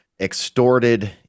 extorted